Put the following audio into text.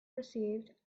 received